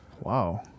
Wow